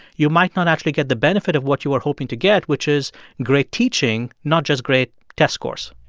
you might not actually get the benefit of what you were hoping to get, which is great teaching, not just great test scores